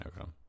Okay